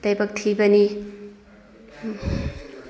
ꯂꯥꯏꯕꯛꯊꯤꯕꯅꯤ